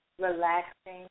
relaxing